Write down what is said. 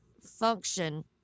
function